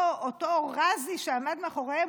אותו ע'אזי שעמד מאחוריהם,